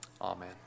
amen